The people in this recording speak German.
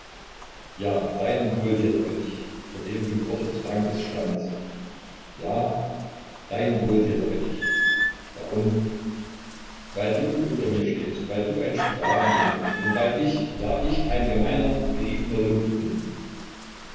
ja dein wohltäter bin ich vor dem du worte des dankes stammelst ja dein wohltäter bin ich warum weil du unter mir stehst weil du ein sklavengehirn bist und weil ich ja ich ein gemeiner geriebener lump bin